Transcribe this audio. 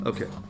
Okay